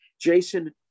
Jason